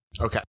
Okay